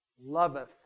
loveth